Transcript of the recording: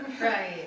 right